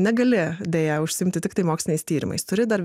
negali deja užsiimti tiktai moksliniais tyrimais turi dar